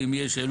ואם יהיו שאלות,